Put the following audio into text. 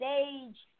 Stage